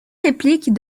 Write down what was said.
répliques